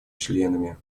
членами